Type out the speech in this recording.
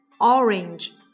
orange